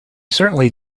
certainly